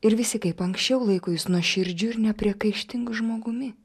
ir visi kaip anksčiau laiko jus nuoširdžiu ir nepriekaištingu žmogumi